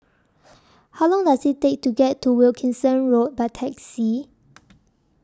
How Long Does IT Take to get to Wilkinson Road By Taxi